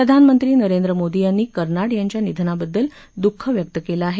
प्रधानमंत्री नरेंद्र मोदी यांनी कर्नाड यांच्या निधनाबददल द्ःख व्यक्त केलं आहे